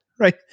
Right